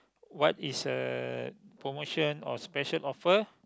what is uh promotion or special offer